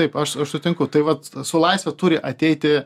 taip aš aš sutinku tai vat su laisve turi ateiti